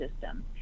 system